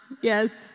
Yes